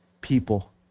people